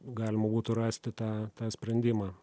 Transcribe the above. galima būtų rasti tą tą sprendimą